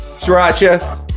Sriracha